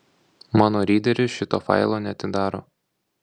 mano ryderis šito failo neatidaro